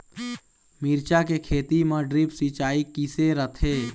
मिरचा के खेती म ड्रिप सिचाई किसे रथे?